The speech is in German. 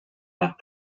nach